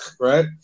right